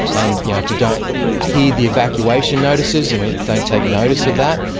and yeah if you don't heed the evacuation notices, and we don't take notice of that,